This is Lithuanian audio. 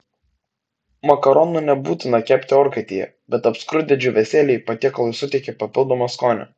makaronų nebūtina kepti orkaitėje bet apskrudę džiūvėsėliai patiekalui suteikia papildomo skonio